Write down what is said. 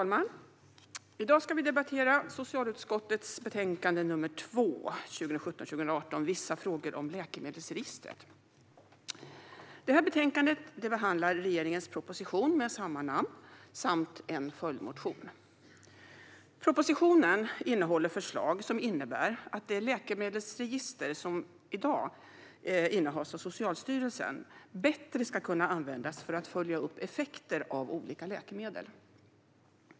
Fru talman! I dag ska vi debattera socialutskottets betänkande 2017/18:SoU2 Vissa frågor om läkemedelsregistret . I betänkandet behandlas regeringens proposition med samma namn samt en följdmotion. Propositionen innehåller förslag som innebär att det läkemedelsregister som i dag innehas av Socialstyrelsen bättre ska kunna användas för att följa upp effekter av olika läkemedel.